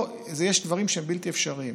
יש דברים שהם בלתי אפשריים.